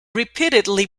repeatedly